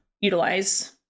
utilize